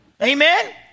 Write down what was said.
Amen